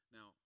Now